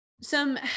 some-